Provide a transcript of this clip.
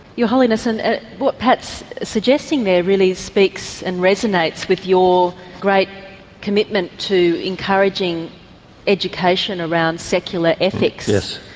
your holiness, and ah what pat's suggesting there really speaks and resonates with your great commitment to encouraging education around secular ethics. yes.